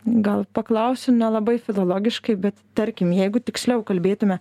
gal paklausiu nelabai filologiškai bet tarkim jeigu tiksliau kalbėtume